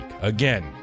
again